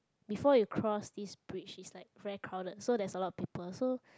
before you cross this bridge it's like very crowded so there is a lot of people so